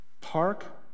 Park